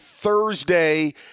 Thursday